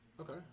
Okay